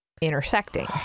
intersecting